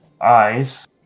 eyes